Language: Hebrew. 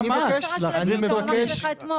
--- זאת המטרה של הדיון וגם אמרתי לך את זה אתמול.